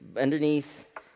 underneath